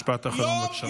משפט אחרון, בבקשה.